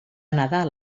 nadal